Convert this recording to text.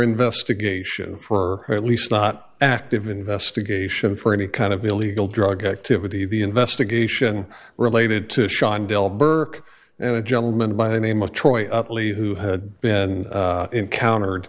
investigation for at least not active investigation for any kind of illegal drug activity the investigation related to shawn del burke and a gentleman by the name of choi up lee who had been encountered